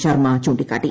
ശർമ്മ ചൂണ്ടിക്കാട്ടി